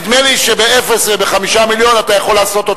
נדמה לי שבאפס וב-5 מיליון אתה יכול לעשות אותו הדבר.